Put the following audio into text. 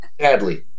Sadly